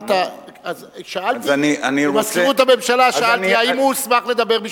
את מזכירות הממשלה שאלתי האם הוא הוסמך לדבר בשמה.